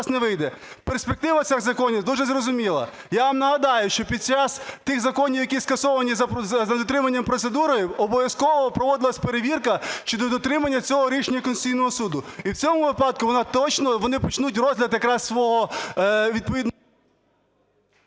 перспектива цих законів дуже зрозуміла. Я вам нагадаю, що під час тих законів, які скасовані за недотримання процедури, обов'язково проводилась перевірка щодо дотримання цього рішення Конституційного Суду. І в цьому випадку точно вони почнуть розгляд якраз свого… ГОЛОВУЮЧИЙ.